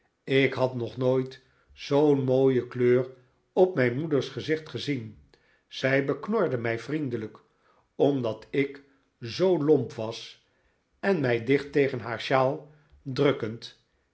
ik had nog nooit zoo'n mooie kleur op mijn moeders gezicht gezien zij beknorde mij vriendelijk omdat ik zoo lomp was en mij dicht tegen haar shawl drukkend